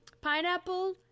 Pineapple